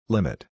Limit